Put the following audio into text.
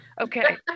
Okay